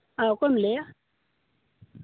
ᱚᱸᱻ ᱚᱠᱚᱭᱮᱢ ᱞᱟᱹᱭᱮᱜᱼᱟ